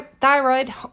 thyroid